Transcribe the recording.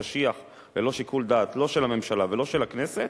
קשיח ללא שיקול דעת לא של הממשלה ולא של הכנסת,